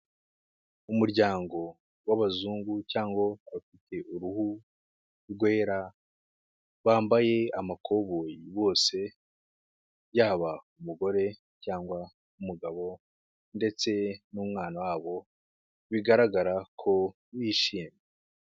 Umuryango w'abazungu cyangwa abafite uruhu rwera bambaye amakoboyi bose yaba umugore cyangwa umugabo ndetse n'umwana wabo bigaragara ko bishimye.